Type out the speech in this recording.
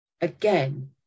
again